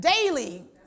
Daily